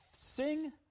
sing